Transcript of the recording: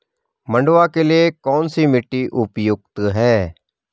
मंडुवा के लिए कौन सी मिट्टी उपयुक्त है?